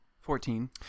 Fourteen